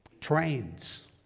trains